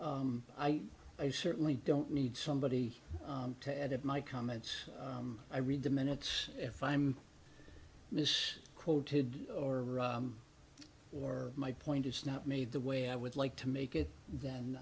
one i i certainly don't need somebody to edit my comments i read the minutes if i'm miss quoted or or my point is not made the way i would like to make it tha